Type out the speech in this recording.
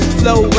flow